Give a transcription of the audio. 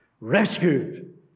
rescued